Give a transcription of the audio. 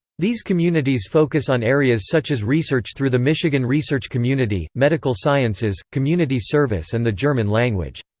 these communities focus on areas such as research through the michigan research community, medical sciences, community service and the german language.